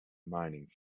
mining